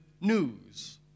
news